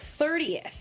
30th